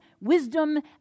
wisdom